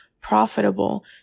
profitable